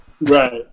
Right